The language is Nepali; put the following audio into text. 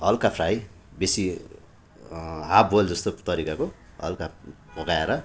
हल्का फ्राई बेसी हाफ बोइल जस्तो तरिकाको हल्का पकाएर